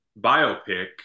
biopic